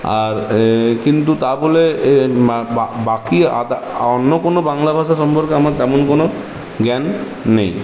আর কিন্তু তা বলে বা বা বাকি আদার অন্য কোনো বাংলা ভাষা সম্পর্কে আমার তেমন কোনো জ্ঞান নেই